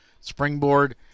springboard